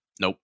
Nope